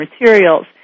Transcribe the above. materials